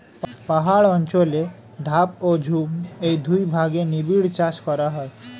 পাহাড় অঞ্চলে ধাপ ও ঝুম এই দুই ভাগে নিবিড় চাষ করা হয়